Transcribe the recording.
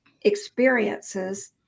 experiences